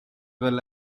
well